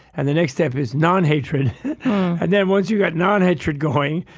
and the next step is non-hatred. then once you got non-hatred going,